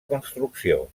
construcció